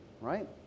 Right